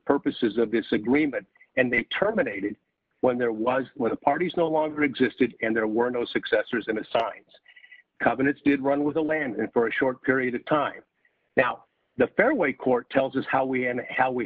purposes of this agreement and they terminated when there was where the parties no longer existed and there were no successors and assigns covenants did run with the land and for a short period of time now the fairway court tells us how we and how we